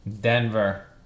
Denver